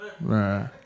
Right